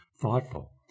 thoughtful